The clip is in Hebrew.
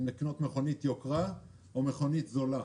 אם לקנות מכונית יוקרה או מכונית זולה.